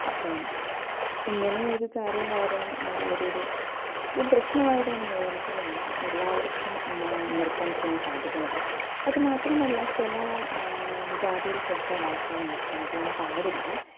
അപ്പം ഇങ്ങനെ ഒരു കാര്യം വളരെ ഒരു ഒരു ഒരു ഒരു പ്രശ്നമായിട്ട് തന്നെ നിലനിൽക്കുകയാണ് എല്ലാവർക്കും നൃത്തം ചെയ്യാൻ സാധിക്കുന്നില്ല അതുമാത്രമല്ല ചില ജാതിയിൽപ്പെട്ട ആൾക്കാർ നൃത്തം ചെയ്യാൻ പാടില്ല